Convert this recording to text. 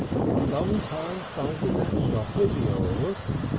you're a long time finding that shop of yours,